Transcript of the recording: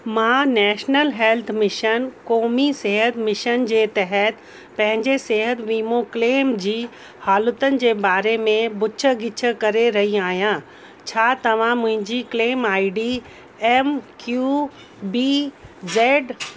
मां national health mission क़ौमी सिहत मिशन जे तहत पंहिंजे सिहत वीमो क्लैम जी हालतुनि जे बारे में पुछ गिछ करे रही आहियां छा तव्हां मुंहिंजी claim I D M Q B Z